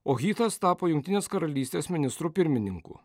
o hytas tapo jungtinės karalystės ministru pirmininku